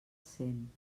cent